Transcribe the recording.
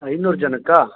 ಐನೂರು ಜನಕ್ಕಾ